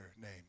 name